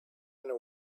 and